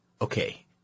Okay